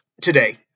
today